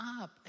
up